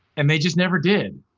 and they just never did.